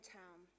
town